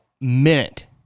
minute